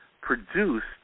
produced